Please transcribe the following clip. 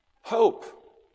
hope